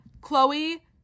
Chloe